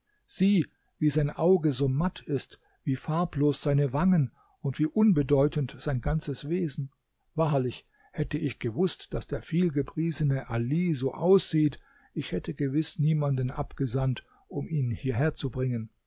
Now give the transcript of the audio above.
sieh wie sein auge so matt ist wie farblos seine wangen und wie unbedeutend sein ganzes wesen wahrlich hätte ich gewußt daß der vielgepriesene ali so aussieht ich hätte gewiß niemanden abgesandt um ihn